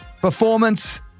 Performance